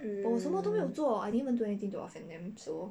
我什么都没有做 I didn't even do anything to offend them so